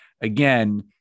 again